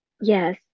Yes